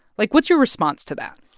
like, what's your response to that?